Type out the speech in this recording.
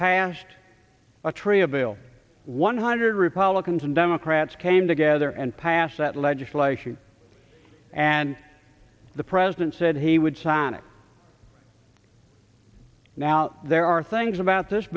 passed a tree a bill one hundred republicans and democrats came together and pass that legislation and the president said he would sign it now there are things about this